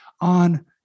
on